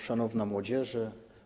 Szanowna Młodzieży!